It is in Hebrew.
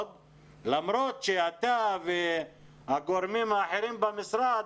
למרות שאתה והגורמים האחרים במשרד,